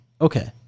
Okay